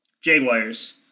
Jaguars